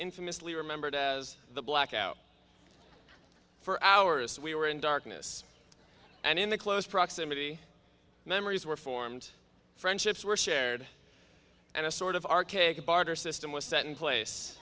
infamously remembered as the blackout for hours we were in darkness and in the close proximity memories were formed friendships were shared and a sort of archaic barter system was set in place